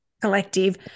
Collective